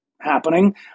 happening